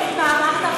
זהבה, את אשמה.